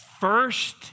First